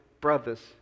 brothers